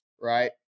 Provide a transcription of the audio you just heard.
right